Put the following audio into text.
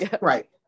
Right